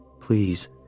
please